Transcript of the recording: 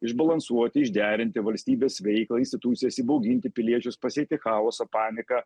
išbalansuoti išderinti valstybės veiklą institucijas įbauginti piliečius pasėti chaosą paniką